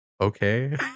okay